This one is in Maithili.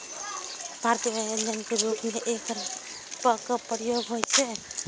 भारतीय व्यंजन के रूप मे एकर व्यापक प्रयोग होइ छै